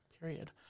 Period